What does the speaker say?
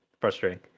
frustrating